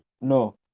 No